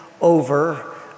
over